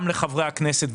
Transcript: גם לחברי הכנסת,